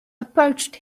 approached